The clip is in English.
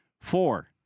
four